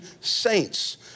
saints